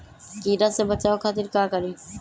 कीरा से बचाओ खातिर का करी?